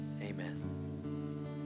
amen